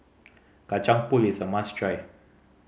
Kacang Pool is a must try